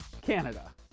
Canada